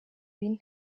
bine